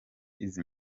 izi